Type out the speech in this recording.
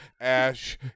ash